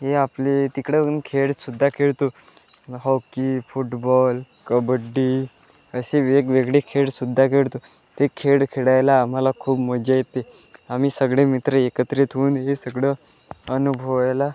हे आपले तिकडं खेळ सुद्धा खेळतो हॉकी फुटबॉल कबड्डी असे वेगवेगळे खेळ सुद्धा खेळतो ते खेळ खेळायला आम्हाला खूप मजा येते आम्ही सगळे मित्र एकत्रित होऊन हे सगळं अनुभवायला